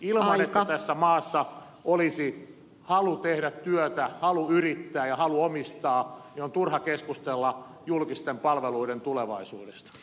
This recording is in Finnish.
ilman että tässä maassa olisi halu tehdä työtä halu yrittää ja halu omistaa on turha keskustella julkisten palveluiden tulevaisuudesta